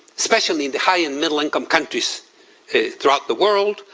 especially in the high and middle income countries throughout the world,